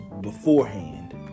beforehand